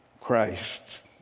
Christ